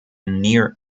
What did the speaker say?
near